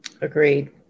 Agreed